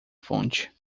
fonte